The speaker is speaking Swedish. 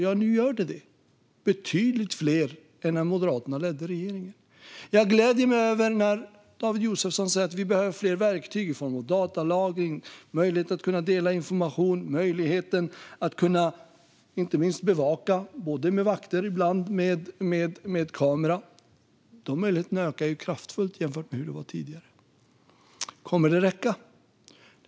Nu utbildar vi fler, betydligt fler än när Moderaterna ledde regeringen. Jag gläder mig när David Josefsson säger att vi behöver fler verktyg i form av datalagring, möjlighet att dela information och inte minst möjlighet att bevaka med både vakter och kameror. De möjligheterna ökar kraftfullt jämfört med hur det var tidigare. Kommer det att räcka?